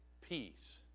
peace